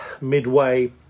midway